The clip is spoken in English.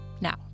Now